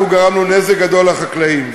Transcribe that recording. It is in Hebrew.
אנחנו גרמנו נזק גדול לחקלאים.